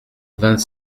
vingt